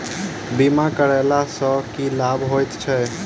बीमा करैला सअ की लाभ होइत छी?